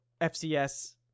FCS